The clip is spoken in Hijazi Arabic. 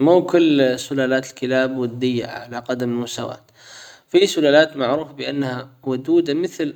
مو كل سلالات الكلاب ودية على قدم مساواة في سلالات معروف بانها ودودة مثل